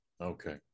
Okay